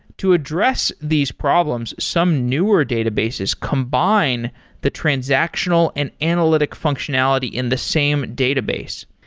to address these problems, some newer databases combine the transactional and analytic functionality in the same database,